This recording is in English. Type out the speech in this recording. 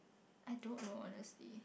I don't know honestly